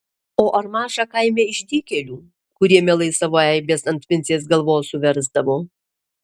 o ar maža kaime išdykėlių kurie mielai savo eibes ant vincės galvos suversdavo